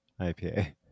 IPA